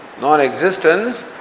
Non-existence